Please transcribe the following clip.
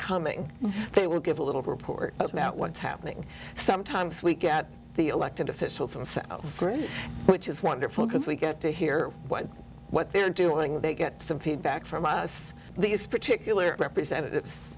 coming they will give a little report that's now what's happening sometimes we get the elected officials and which is wonderful because we get to hear what they're doing they get some feedback from us these particular representatives